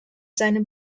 seine